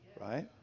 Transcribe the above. Right